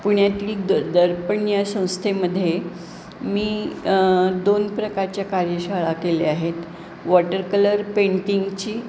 पुण्यातली द दर्पण या संस्थेमध्ये मी दोन प्रकारच्या कार्यशाळा केल्या आहेत वॉटर कलर पेंटिंगची